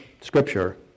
scripture